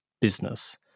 business